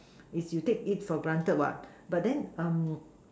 is you take it for granted what but then